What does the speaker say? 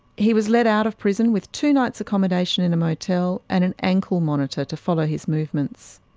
he was let out of prison with two nights' accommodation in a motel and an ankle monitor to follow his movements.